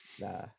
Nah